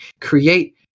create